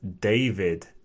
David